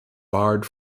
barred